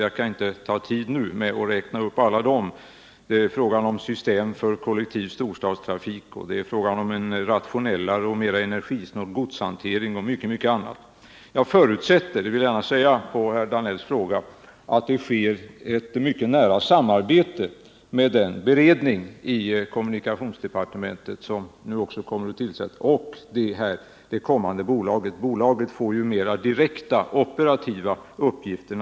Jag kan inte nu ta upp tid med att räkna upp dem alla: system för kollektiv storstadstrafik, en rationellare och mera energisnål godshantering och mycket, mycket annat. Jag förutsätter — det vill jag gärna säga efter herr Danells fråga — att det sker ett mycket nära samarbete mellan den beredning i kommunikationsdepartementet som nu kommer att tillsättas och det kommande bolaget. Bolaget får naturligtvis mera direkta, operativa uppgifter.